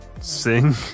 sing